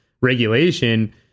regulation